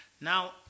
Now